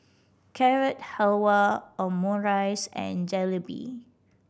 Carrot Halwa Omurice and Jalebi